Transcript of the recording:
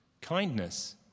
kindness